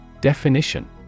Definition